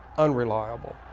unreliable,